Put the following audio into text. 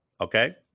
okay